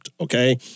Okay